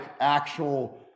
actual